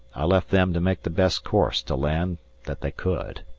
i left them to make the best course to land that they could.